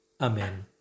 Amen